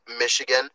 Michigan